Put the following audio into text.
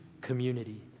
community